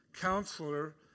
counselor